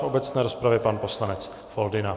V obecné rozpravě pan poslanec Foldyna.